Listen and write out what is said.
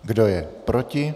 Kdo je proti?